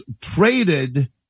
traded